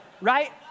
right